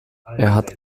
hat